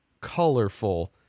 colorful